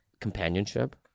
companionship